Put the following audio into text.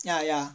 ya ya